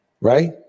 right